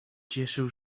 cieszył